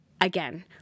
again